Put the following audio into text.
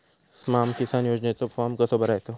स्माम किसान योजनेचो फॉर्म कसो भरायचो?